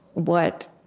what